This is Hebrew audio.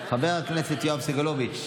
חבר הכנסת יואב סגלוביץ'